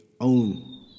own